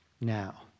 now